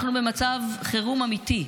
אנחנו במצב חירום אמיתי,